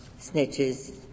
snitches